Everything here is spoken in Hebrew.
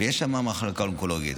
ויש שם מחלקה אונקולוגית.